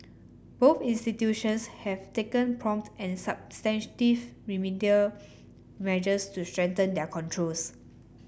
both institutions have taken prompt and substantive remedial measures to strengthen their controls